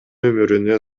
өмүрүнө